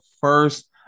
first